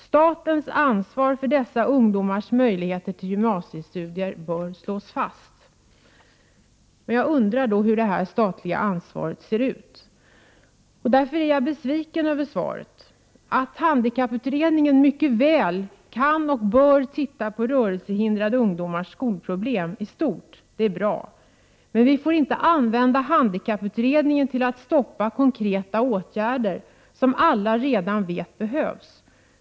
Statens ansvar för dessa ungdomars möjligheter till gymnasiestudier bör slås fast.” Hur ser då detta statliga ansvar ut? Jag är besviken över svaret. Att handikapputredningen mycket väl kan och bör se över rörelsehindrade ungdomars skolproblem i stort är nog bra, men vi får inte använda handikapputredningen till att stoppa konkreta åtgärder som vi alla redan vet behövs!